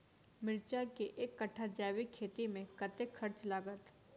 मिर्चा केँ एक कट्ठा जैविक खेती मे कतेक खर्च लागत?